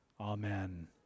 Amen